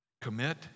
Commit